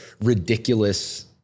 ridiculous